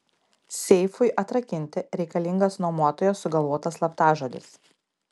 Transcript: seifui atrakinti reikalingas nuomotojo sugalvotas slaptažodis